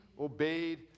obeyed